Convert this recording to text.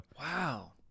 Wow